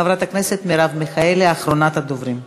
חברת הכנסת מרב מיכאלי, אחרונת הדוברים.